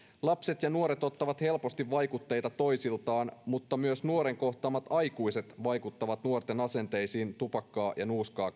lapset ja nuoret ottavat helposti vaikutteita toisiltaan mutta myös nuoren kohtaamat aikuiset vaikuttavat nuorten asenteisiin tupakkaa ja nuuskaa